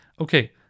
Okay